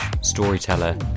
storyteller